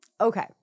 okay